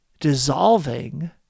dissolving